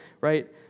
right